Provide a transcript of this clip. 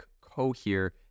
Cohere